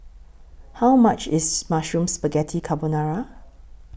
How much IS Mushroom Spaghetti Carbonara